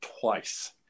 twice